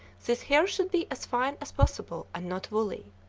this hair should be as fine as possible, and not woolly.